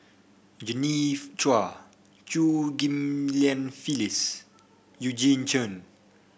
Genevieve Chua Chew Ghim Lian Phyllis Eugene Chen